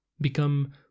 become